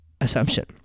assumption